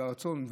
והרצון,